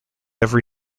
every